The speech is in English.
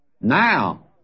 Now